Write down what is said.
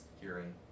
hearing